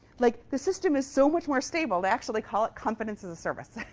like the system is so much more stable, they actually call it confidence as a service.